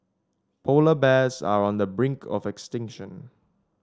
polar bears are on the brink of extinction